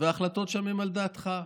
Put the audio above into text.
וההחלטות שם הן על דעתך.